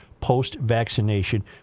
post-vaccination